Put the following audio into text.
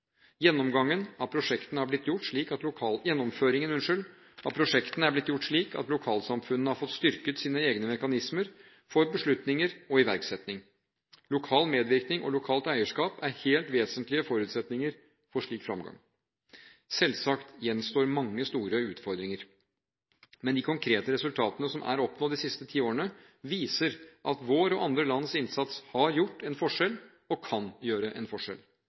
av prosjektene har blitt gjort slik at lokalsamfunnene har fått styrket sine egne mekanismer for beslutninger og iverksetting. Lokal medvirkning og lokalt eierskap er helt vesentlige forutsetninger for slik fremgang. Selvsagt gjenstår mange store utfordringer, men de konkrete resultatene som er oppnådd de siste ti årene, viser at vår og andre lands innsats har gjort en forskjell og kan gjøre en forskjell.